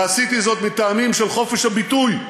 ועשיתי זאת מטעמים של חופש הביטוי,